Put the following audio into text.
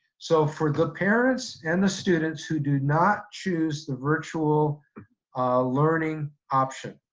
so for the parents and the students who do not choose the virtual learning option,